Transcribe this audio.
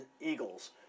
Eagles